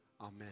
Amen